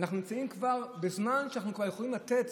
אנחנו נמצאים בזמן שאנחנו כבר יכולים לתת